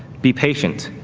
be patient,